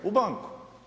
U banku.